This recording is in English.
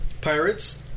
Pirates